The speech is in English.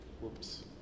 Whoops